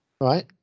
Right